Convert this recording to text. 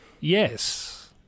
Yes